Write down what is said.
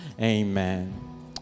Amen